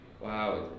Wow